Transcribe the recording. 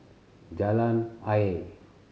Jalan Ayer